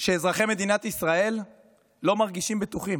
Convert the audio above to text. שאזרחי מדינת ישראל לא מרגישים בטוחים,